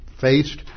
faced